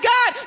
God